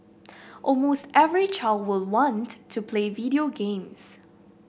almost every child will want to play video games